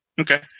Okay